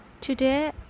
today